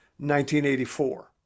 1984